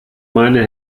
meine